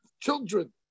children